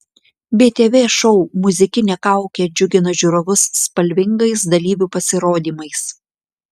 btv šou muzikinė kaukė džiugina žiūrovus spalvingais dalyvių pasirodymais